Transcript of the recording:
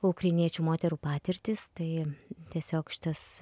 ukrainiečių moterų patirtys tai tiesiog šitas